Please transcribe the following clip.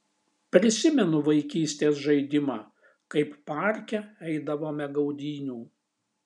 prisimenu vaikystės žaidimą kaip parke eidavome gaudynių